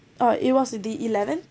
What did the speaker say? uh it was the eleventh